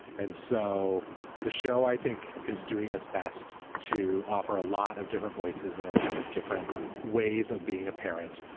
and so the show, i think is doing its best to offer a lot of different voices and a lot of different ways of being a parent.